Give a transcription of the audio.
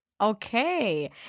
Okay